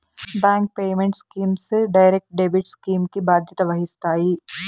bank payment schemes direct debit scheme కి బాధ్యత వహిస్తాయి